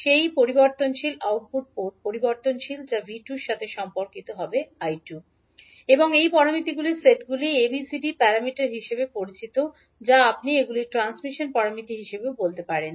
সেই পরিবর্তনশীল output port পরিবর্তনশীল যা 𝐕2 এর সাথে সম্পর্কিত হবে 𝐈𝟐 এবং এই প্যারামিটারগুলির সেটগুলি ABCD প্যারামিটার হিসাবে পরিচিত বা আপনি এগুলি ট্রান্সমিশন প্যারামিটার হিসাবেও বলতে পারেন